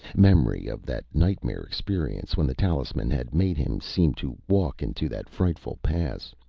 memory of that nightmare experience when the talisman had made him seem to walk into that frightful pass,